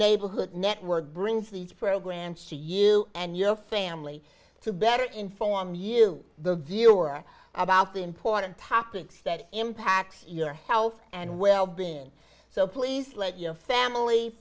neighborhood network brings these programs to you and your family to better inform you the viewer about the important topics that impacts your health and well being so please let your family